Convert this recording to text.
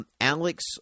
Alex